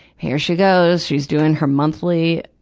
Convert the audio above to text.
here she goes. she's doing her monthly,